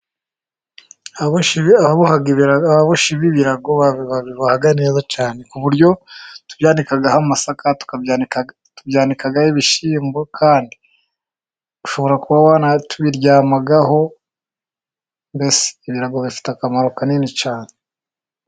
Ababoshyi b'ibirago babiboha neza cyane ku buryo tubyanikaho amasaka, tubyanikaho ibishyimbo, kandi ushobora kubiryamaho, bifite akamaro kanini cyane.